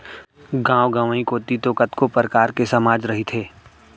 गाँव गंवई कोती तो कतको परकार के समाज रहिथे